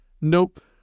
Nope